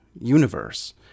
universe